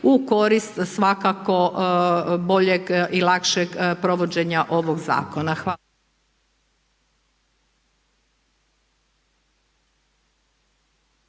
u korist svakako boljeg i lakšeg provođenja ovog zakona. Hvala.